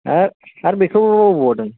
हाब आर बेखौबो बावबोबावदों